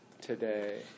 today